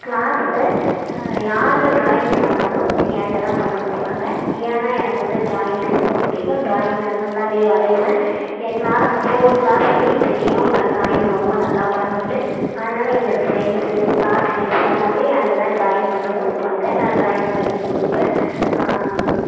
க்ளாஸில் யார் ட்ராயிங் பண்ணாலும் என்கிட்ட தான் பண்ணக் கொடுப்பாங்க ஏன்னா எனக்கு வந்து ட்ராயிங் ரொம்ப பிடிக்கும் ட்ராயிங் நான் நல்லாவே வரைவேன் என் க்ளாஸில் ஹோல் க்ளாஸ்லையும் தெரியும் நான் ட்ராயிங் ரொம்ப நல்லா பண்ணுவேன்னு அதனால என்னோட ஃப்ரெண்ட்ஸு க்ளாஸ் மேட்ஸு எல்லாமே என்கிட்ட தான் ட்ராயிங் பண்ணக் கொடுப்பாங்க நான் ட்ராயிங் பண்ணி கொடுப்பேன்